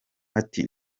ati